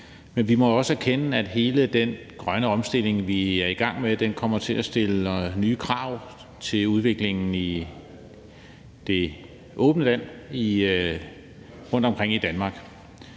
Men vi må jo også erkende, at hele den grønne omstilling, vi er i gang med, kommer til at stille nye krav til udviklingen i det åbne land rundtomkring i Danmark.